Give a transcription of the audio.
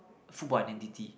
football identity